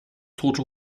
tote